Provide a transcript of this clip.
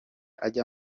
ajya